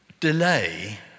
Delay